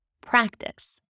practice